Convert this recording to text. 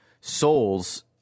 souls